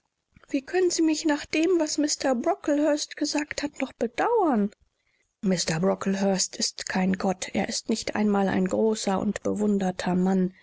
wie können sie mich nach dem was mr brocklehurst gesagt hat noch bedauern mr brocklehurst ist kein gott er ist nicht einmal ein großer und bewunderter mensch man